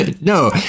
no